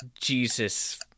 jesus